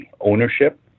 ownership